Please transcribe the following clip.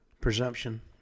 presumption